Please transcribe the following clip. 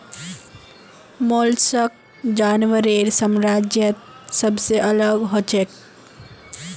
mollusc जानवरेर साम्राज्यत सबसे अलग हछेक